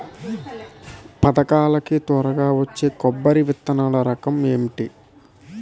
పథకాల కి త్వరగా వచ్చే కొబ్బరి విత్తనాలు రకం ఏంటి?